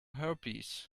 herpes